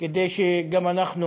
כדי שגם אנחנו